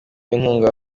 inkunga